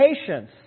patience